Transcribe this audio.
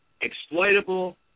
exploitable